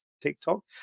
TikTok